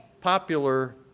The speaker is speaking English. popular